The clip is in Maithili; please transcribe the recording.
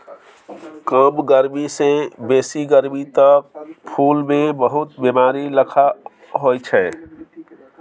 कम गरमी सँ बेसी गरमी तक फुल मे बहुत बेमारी लखा होइ छै